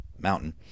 mountain